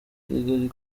kigali